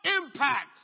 impact